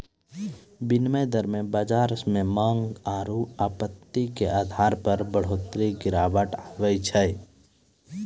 विनिमय दर मे बाजार मे मांग आरू आपूर्ति के आधार पर बढ़ोतरी गिरावट आवै छै